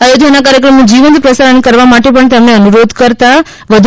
અયોધ્યાના કાર્યક્રમનું જીવંત પ્રસારણ કરવા માટે પણ તેમણે અનુરોધ કર્યો છે